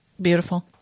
Beautiful